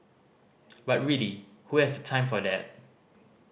but really who has time for that